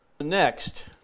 Next